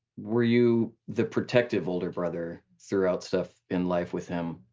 were you the protective older brother throughout stuff in life with him?